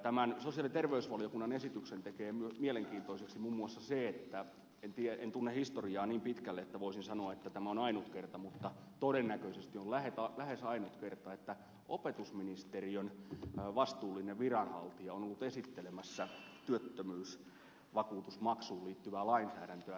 tämän sosiaali ja terveysvaliokunnan esityksen tekee mielenkiintoiseksi muun muassa se että en tunne historiaa niin pitkälle että voisin sanoa että tämä on ainut kerta todennäköisesti on lähes ainut kerta kun opetusministeriön vastuullinen viranhaltija on ollut esittelemässä työttömyysvakuutusmaksuun liittyvää lainsäädäntöä